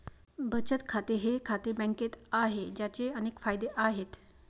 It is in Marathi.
बचत खाते हे खाते बँकेत आहे, ज्याचे अनेक फायदे आहेत